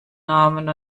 namen